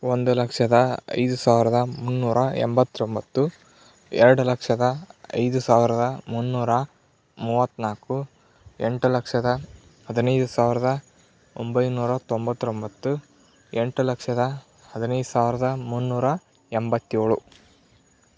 ಒಂದು ಲಕ್ಷದ ಐದು ಸಾವಿರದ ಮುನ್ನೂರ ಎಂಬತ್ತೊಂಬತ್ತು ಎರಡು ಲಕ್ಷದ ಐದು ಸಾವಿರದ ಮುನ್ನೂರ ಮೂವತ್ತು ನಾಲ್ಕು ಎಂಟು ಲಕ್ಷದ ಹದಿನೈದು ಸಾವಿರದ ಒಂಬೈನೂರ ತೊಂಬತ್ತೊಂಬತ್ತು ಎಂಟು ಲಕ್ಷದ ಹದಿನೈದು ಸಾವಿರದ ಮುನ್ನೂರ ಎಂಬತ್ತೇಳು